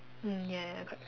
mm ya ya correct correct